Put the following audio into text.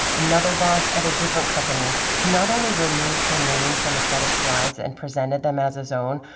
another boss at a different company who not only removed her name from a set of slides and presented them as his own,